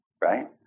right